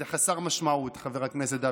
זה חסר משמעות, חבר הכנסת דוידסון.